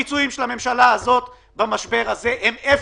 הביצועים של הממשלה הזאת במשבר הזה הם אפס,